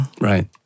Right